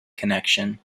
connection